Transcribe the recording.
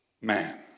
man